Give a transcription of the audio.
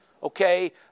Okay